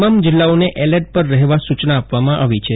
તમામ જિલ્લાઓને એલર્ટ પર રહેવા સૂચના આપવામાં આવી છે